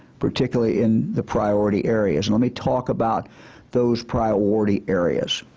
particularly in the priority areas. let me talk about those priority areas.